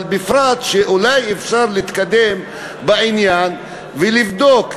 אבל אולי אפשר להתקדם בעניין ולבדוק,